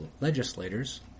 legislators